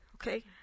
Okay